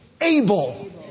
able